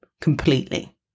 completely